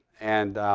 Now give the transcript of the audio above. and